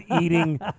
eating